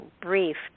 briefed